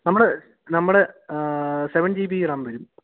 നമ്മുടെ നമ്മുടെ seven G B RAM വരും